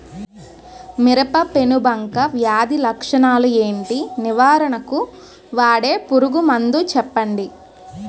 మిరప పెనుబంక వ్యాధి లక్షణాలు ఏంటి? నివారణకు వాడే పురుగు మందు చెప్పండీ?